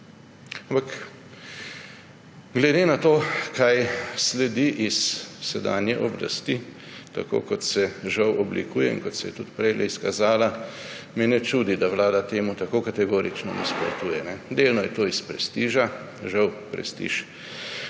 Ampak glede na to, kaj sledi iz sedanje oblasti, tako kot se žal oblikuje in kot se je tudi prejle izkazala, me ne čudi, da Vlada temu tako kategorično nasprotuje. Delno je to iz prestiža, žal prestiž